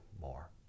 more